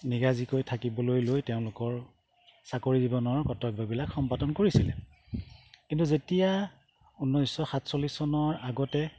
নিগাজিকৈ থাকিবলৈ লৈ তেওঁলোকৰ চাকৰি জীৱনৰ কৰ্তব্যবিলাক সম্পাদন কৰিছিলে কিন্তু যেতিয়া ঊনৈছশ সাতচল্লিছ চনৰ আগতে